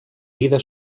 vida